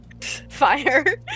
fire